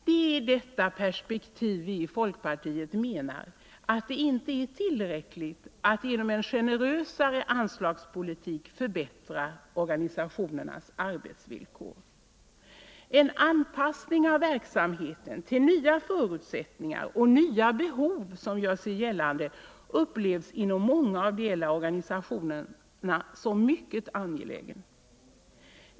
Det är i detta perspektiv som vi i folkpartiet menar att det inte är tillräckligt att genom en generösare anslagspolitik förbättra organisationernas arbetsvillkor. En anpassning av verksamheten till nya förutsättningar och till de nya behov som gör sig gällande upplevs inom många ideella organisationer som mycket angelägen.